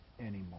anymore